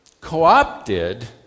co-opted